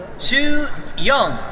xue yang.